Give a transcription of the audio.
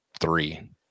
three